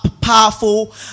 powerful